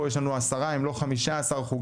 פה יש לנו 10 אם לא 15 חוגים,